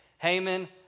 Haman